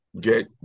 get